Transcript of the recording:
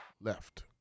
left